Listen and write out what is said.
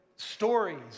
Stories